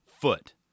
foot